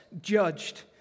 judged